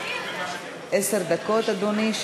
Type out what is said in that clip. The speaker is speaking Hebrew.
עשר דקות, אדוני.